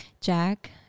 Jack